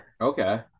Okay